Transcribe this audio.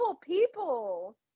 people